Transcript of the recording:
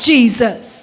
Jesus